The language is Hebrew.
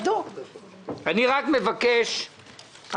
מבקש,